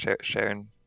sharing